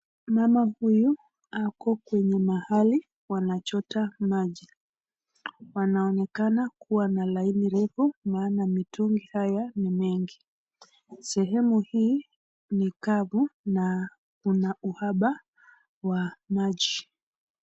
Mamahuyu ako kwenye mahali wanachota maji, wanaonekana kuwa na laini refu maana mitungi haya ni mengi, shemu hii ni kavu na kuna uhaba wa maji.